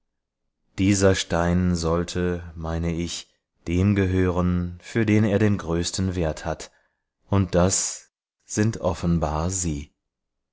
dieser stein sollte meine ich dem gehören für den er den größten wert hat und das sind offenbar sie